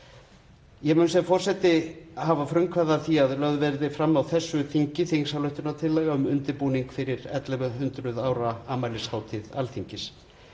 Ég mun sem forseti hafa frumkvæði að því að lögð verði fram á þessu þingi þingsályktunartillaga um undirbúning fyrir 1100 ára afmælishátíð Alþingis